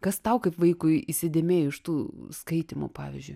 kas tau kaip vaikui įsidėmėjo iš tų skaitymų pavyzdžiui